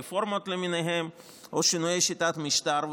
רפורמות למיניהן או שינויי שיטת משטר,